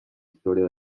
historia